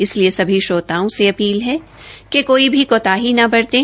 इसलिए सभी श्रोताओं से अपील है कि कोई भी कोताही न बरतें